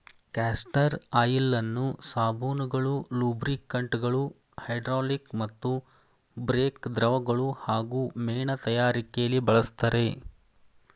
castor ಆಯಿಲನ್ನು ಸಾಬೂನುಗಳು ಲೂಬ್ರಿಕಂಟ್ಗಳು ಹೈಡ್ರಾಲಿಕ್ ಮತ್ತು ಬ್ರೇಕ್ ದ್ರವಗಳು ಹಾಗೂ ಮೇಣ ತಯಾರಿಕೆಲಿ ಬಳಸ್ತರೆ